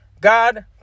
God